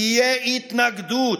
תהיה התנגדות,